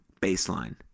baseline